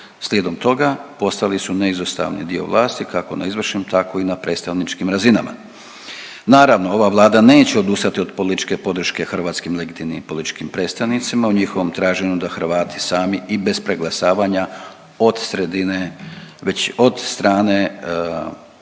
Slijedom toga postali su neizostavni dio vlasti kako na izvršnim tako i na predstavničkim razinama. Naravno ova Vlada neće odustati od političke podrške hrvatskim legitimnim političkim predstavnicima u njihovom traženju da Hrvati sami i bez preglasavanja od sredine